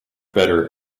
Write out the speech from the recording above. better